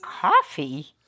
Coffee